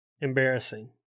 Embarrassing